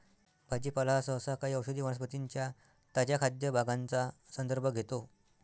भाजीपाला हा सहसा काही औषधी वनस्पतीं च्या ताज्या खाद्य भागांचा संदर्भ घेतो